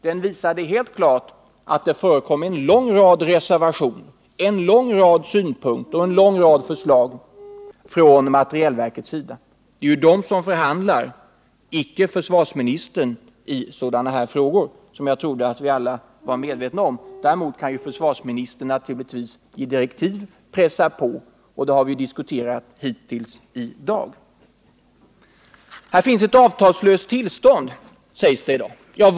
Den visade helt klart att det förekom en lång rad reservationer, en lång rad synpunkter och förslag från materielverkets sida. Det är ju materielverket och icke försvarsministern som förhandlar i sådana här frågor, vilket jag trodde alla var medvetna om. Däremot kan naturligtvis försvarsministern i direktiv trycka på, något som vi hittills i dag har diskuterat. Det föreligger ett avtalslöst tillstånd, har det sagts i dag.